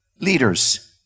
Leaders